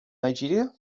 nigeria